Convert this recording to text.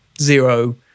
zero